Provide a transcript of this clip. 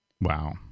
Wow